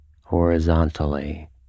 horizontally